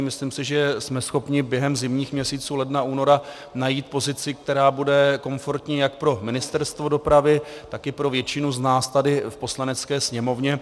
Myslím si, že jsme schopni během zimních měsíců, ledna, února, najít pozici, která bude komfortní jak pro Ministerstvo dopravy, tak i pro většinu z nás tady v Poslanecké sněmovně.